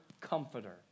comforter